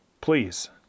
please